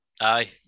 Aye